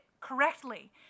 correctly